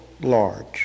large